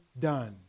done